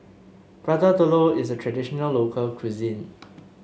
Prata Telur is a traditional local cuisine